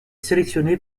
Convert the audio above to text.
sélectionné